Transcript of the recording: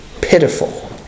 pitiful